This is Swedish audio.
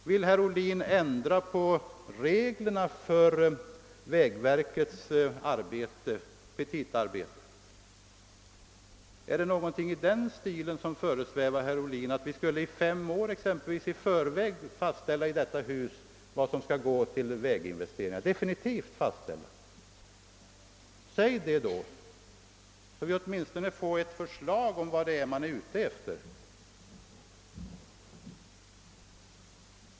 Vill herr Ohlin ändra på reglerna för vägverkets petitaarbete? Föresvävar det herr Ohlin att riksdagen exempelvis fem år i förväg definitivt skall fastställa hur mycket som skall anslås för väginvesteringar? Säg då ifrån så att vi åtminstone kan få veta vad ni är ute efter.